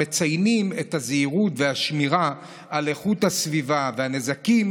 מציינות את הזהירות והשמירה על איכות הסביבה והנזקים